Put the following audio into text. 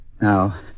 Now